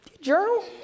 journal